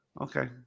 Okay